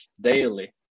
daily